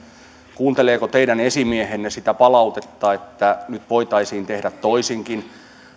kuunteleeko teidän esimiehenne sitä palautetta että nyt voitaisiin tehdä toisinkin